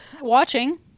Watching